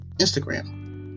Instagram